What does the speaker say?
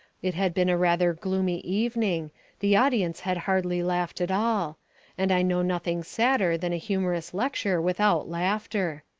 it had been a rather gloomy evening the audience had hardly laughed at all and i know nothing sadder than a humorous lecture without laughter.